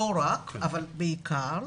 לא רק אבל בעיקר.